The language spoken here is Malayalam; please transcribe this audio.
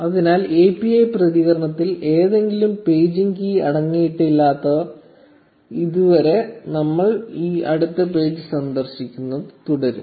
അതിനാൽ API പ്രതികരണത്തിൽ ഏതെങ്കിലും പേജിംഗ് കീ അടങ്ങിയിട്ടില്ലാത്തതുവരെ നമ്മൾ ഈ അടുത്ത പേജ് സന്ദർശിക്കുന്നത് തുടരും